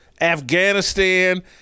Afghanistan